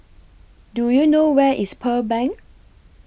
Do YOU know Where IS Pearl Bank